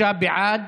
43 בעד,